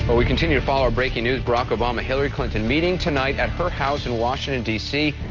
but we continue to follow our breaking news. barack obama, hilary clinton meeting tonight at her house in washington, dc.